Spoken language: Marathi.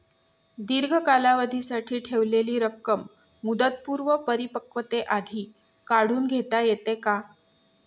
दीर्घ कालावधीसाठी ठेवलेली रक्कम मुदतपूर्व परिपक्वतेआधी काढून घेता येते का?